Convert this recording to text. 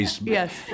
Yes